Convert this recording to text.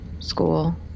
school